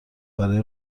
برای